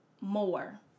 more